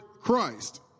Christ